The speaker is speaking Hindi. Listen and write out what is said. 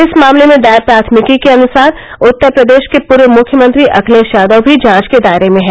इस मामले में दायर प्राथमिकी के अनुसार उत्तर प्रदेश के पूर्व मुख्यमंत्री अखिलेश यादव भी जांच के दायरे में हैं